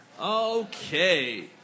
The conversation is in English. Okay